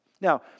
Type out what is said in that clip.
Now